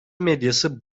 medyası